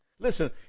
Listen